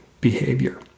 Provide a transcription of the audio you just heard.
behavior